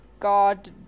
God